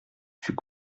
fut